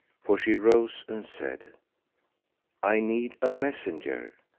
for she rose and said i need a messenger,